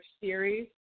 series